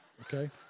okay